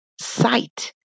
sight